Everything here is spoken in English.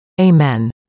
Amen